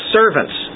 servants